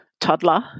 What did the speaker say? toddler